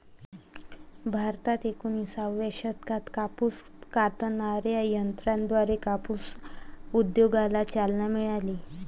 भारतात एकोणिसाव्या शतकात कापूस कातणाऱ्या यंत्राद्वारे कापूस उद्योगाला चालना मिळाली